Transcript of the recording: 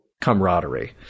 camaraderie